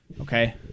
Okay